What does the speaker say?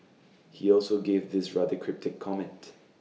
he also gave this rather cryptic comment